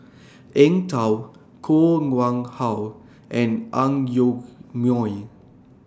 Eng Tow Koh Nguang How and Ang Yoke Mooi